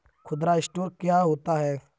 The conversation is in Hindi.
खुदरा स्टोर क्या होता है?